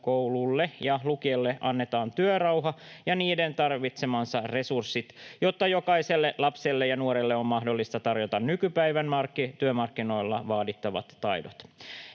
peruskoululle ja lukiolle annetaan työrauha ja niiden tarvitsemat resurssit, jotta jokaiselle lapselle ja nuorelle on mahdollista tarjota nykypäivän työmarkkinoilla vaadittavat taidot.